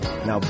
Now